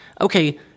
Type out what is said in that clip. okay